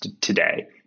today